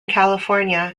california